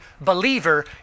believer